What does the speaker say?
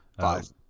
Five